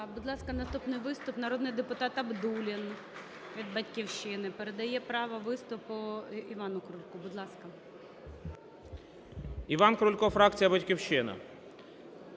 Будь ласка, наступний виступ народний депутат Абдуллін від "Батьківщини". Передає право виступу Івану Крульку. Будь ласка 16:41:06 КРУЛЬКО І.І. Іван Крулько, фракція "Батьківщина".